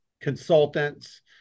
consultants